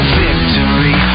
victory